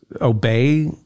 obey